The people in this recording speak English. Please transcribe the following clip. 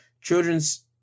children's